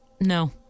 No